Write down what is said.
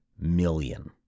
million